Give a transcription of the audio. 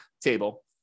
table